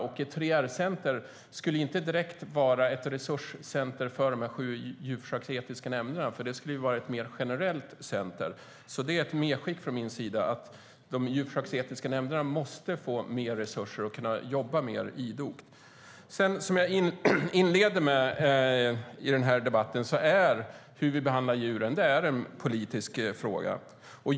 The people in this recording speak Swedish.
Ett 3R-center skulle inte direkt vara ett resurscenter för de sju djurförsöksetiska nämnderna utan ett mer generellt center. Det är ett medskick från min sida att de djurförsöksetiska nämnderna måste få mer resurser och kunna jobba mer idogt. Som jag inledde med att säga i debatten är hur vi behandlar djuren en politisk fråga.